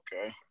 Okay